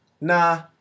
nah